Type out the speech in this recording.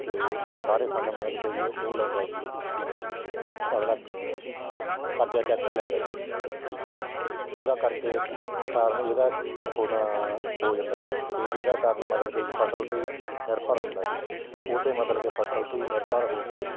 ਅਤੇ ਉਹ ਸਾਰੇ ਸੰਦ ਮਤਲਬ ਕੇ ਵੀ ਉਹ ਲੈਂਦਾ ਜੀ ਠੀਕ ਹੈ ਜੀ ਅਗਲਾ ਕਰਜ਼ਾ ਚੁੱਕ ਕੇ ਹੀ ਲੈਂਦਾ ਜੀ ਠੀਕ ਹੈ ਜੀ ਉਹਦਾ ਕਰਕੇ ਇੱਕ ਕਾਰਣ ਇਹਦਾ ਹੁਣ ਹੋ ਜਾਂਦਾ ਹੈ ਅਤੇ ਇਹਦਾ ਕਾਰਣ ਮਤਲਬ ਕੇ ਵੀ ਫ਼ਸਲ 'ਤੇ ਨਿਰਭਰ ਹੁੰਦਾ ਜੀ ਉਹ 'ਤੇ ਮਤਲਬ ਕੇ ਫ਼ਸਲ 'ਤੇ ਹੀ ਨਿਰਭਰ ਹੋ ਕੇ